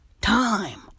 time